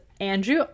Andrew